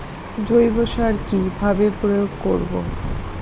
জৈব সার কি ভাবে প্রয়োগ করব?